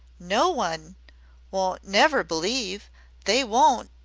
no one won't never believe they won't,